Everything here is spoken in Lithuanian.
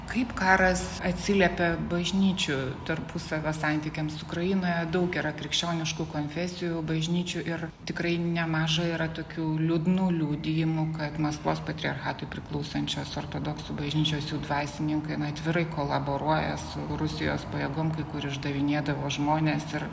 kaip karas atsiliepia bažnyčių tarpusavio santykiams ukrainoje daug yra krikščioniškų konfesijų bažnyčių ir tikrai nemaža yra tokių liūdnų liudijimų kad maskvos patriarchatui priklausančios ortodoksų bažnyčios jų dvasininkai na atvirai kolaboruoja su rusijos pajėgom kai kur išdavinėdavo žmones ir